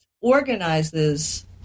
organizes